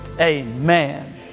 amen